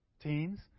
Teens